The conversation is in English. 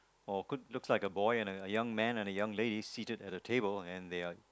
or could looks like a boy and a a young man and a young lady seated at the table and they're